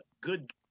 good